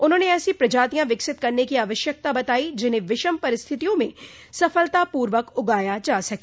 उन्होंने ऐसी प्रजातियां विकसित करने की आवश्यकता बताई जिन्हें विषम परिस्थितियों में सफलतापूर्वक उगाया जा सके